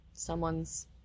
someone's